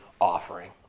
offering